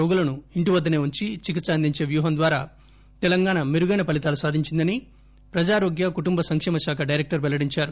రోగులను ఇంటివద్దసే వుంచి చికిత్స అందించే వ్యూహం ద్వారా తెలంగాణా మెరుగైన ఫలితాలు సాధించిందని ప్రజారోగ్య కుటుంబ సంకేమ శాఖ డైరెక్టర్ పెల్లడించారు